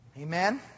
Amen